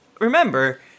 Remember